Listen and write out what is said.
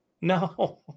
No